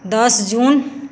दस जून